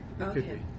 Okay